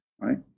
right